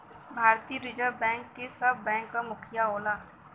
भारतीय reserve bank के सब बैंक क मुखिया कहल जाला